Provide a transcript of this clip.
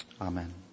Amen